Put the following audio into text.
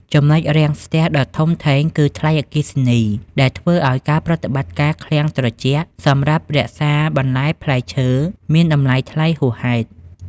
ចំណុចរាំងស្ទះដ៏ធំធេងគឺ "ថ្លៃអគ្គិសនី" ដែលធ្វើឱ្យការប្រតិបត្តិការឃ្លាំងត្រជាក់សម្រាប់រក្សាបន្លែផ្លែឈើមានតម្លៃថ្លៃហួសហេតុ។